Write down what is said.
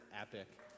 epic